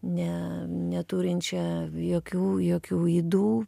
ne neturinčią jokių jokių ydų